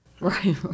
Right